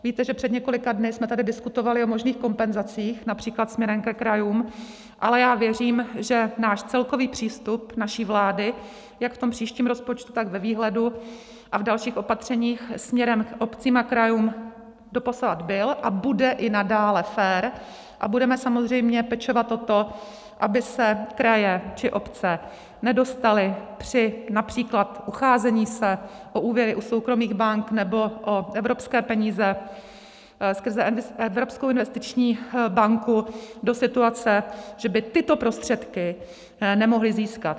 Víte, že před několika dny jsme tady diskutovali o možných kompenzacích například směrem ke krajům, ale já věřím, že náš celkový přístup, naší vlády, jak v tom příštím rozpočtu, tak ve výhledu a v dalších opatřeních směrem k obcím a krajům doposud byl a bude i nadále fér a budeme samozřejmě pečovat o to, aby se kraje či obce nedostaly například při ucházení se o úvěry u soukromých bank nebo o evropské peníze skrze Evropskou investiční banku do situace, že by tyto prostředky nemohly získat.